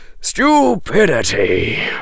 stupidity